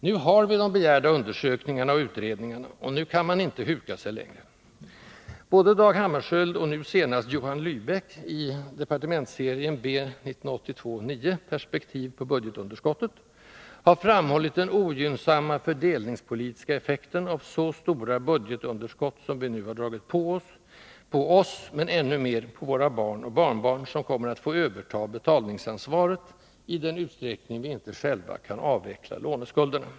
Nu har vi de begärda undersökningarna och utredningarna, och nu kan man inte huka sig längre. Både Dag Hammarskjöld och nu senast Johan Lybeck —i departementsserien B 1982:9, Perspektiv på budgetunderskottet — har framhållit den ogynnsamma fördelningspolitiska effekten av så stora budgetunderskott som vi nu har dragit på oss, men ännu mer på våra barn och barnbarn, som kommer att få överta betalningsansvaret i den utsträckning vi inte själva kan avveckla låneskulderna.